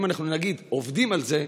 אם אנחנו נגיד "עובדים על זה",